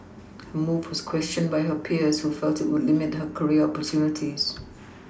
her move was questioned by her peers who felt it would limit her career opportunities